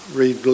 read